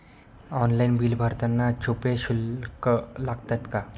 Online bill भरताना छुपे शुल्क लागतात का?